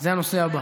זה הנושא הבא.